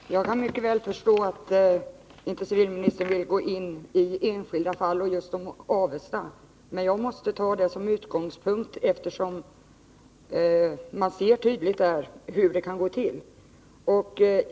Herr talman! Jag kan mycket väl förstå att civilministern inte vill gå in i ett enskilt fall. Men jag måste ta Avesta som utgångspunkt, eftersom man där tydligt ser hur det kan gå till.